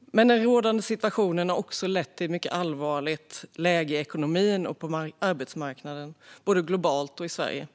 Men den rådande situationen har också lett till ett mycket allvarligt läge i ekonomin och på arbetsmarknaden, både globalt och i Sverige.